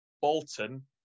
Bolton